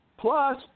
Plus